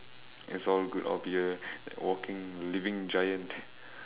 it's all good up here like walking living giant